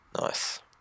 nice